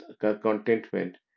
contentment